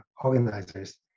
organizers